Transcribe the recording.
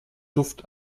duft